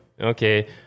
Okay